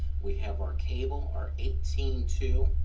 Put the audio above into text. we have our cable, our eighteen two.